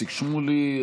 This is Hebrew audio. איציק שמולי.